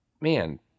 man